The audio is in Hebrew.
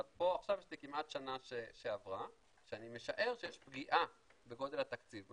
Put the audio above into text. אבל פה עכשיו יש לי כמעט שנה שעברה שאני משער שיש פגיעה בגודל התקציב,